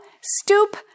stoop